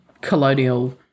colonial